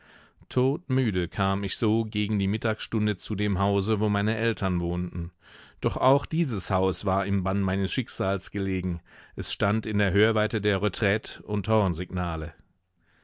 todmüde kam ich so gegen die mittagsstunde zu dem hause wo meine eltern wohnten doch auch dieses haus war im bann meines schicksals gelegen es stand in der hörweite der retraite und hornsignale